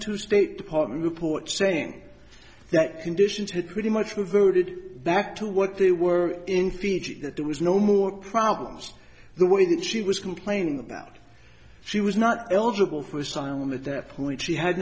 two state department report saying that conditions had pretty much reverted back to what they were in fiji that there was no more problems the way that she was complaining about she was not eligible for asylum at that point she had